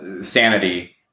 sanity